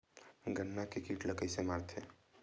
गन्ना के कीट ला कइसे मारथे?